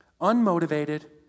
Unmotivated